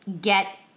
get